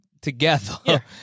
together